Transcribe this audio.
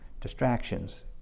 distractions